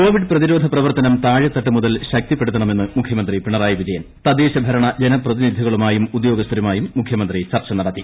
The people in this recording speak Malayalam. കോവിഡ് പ്രതിരോധ് പ്രവർത്തനം താഴെത്തട്ടു മുതൽ ശക്തിപ്പെടുത്തണ്ട്മെന്ന് മുഖ്യമന്ത്രി പിണറായി വിജയൻ ് തദ്ദേൾഭൂർണ ജനപ്രതിനിധികളുമായും ഉദ്യോഗസ്ഥരുമായും മുഖ്യമന്ത്രി ചർച്ച നടത്തി